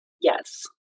Yes